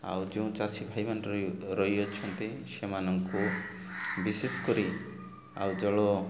ଆଉ ଯୋଉଁ ଚାଷୀ ଭାଇମାନେ ରହିଅଛନ୍ତି ସେମାନଙ୍କୁ ବିଶେଷ କରି ଆଉ ଜଳ